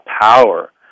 power